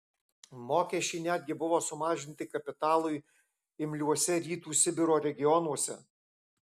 mokesčiai netgi buvo sumažinti kapitalui imliuose rytų sibiro regionuose